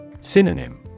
Synonym